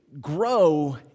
grow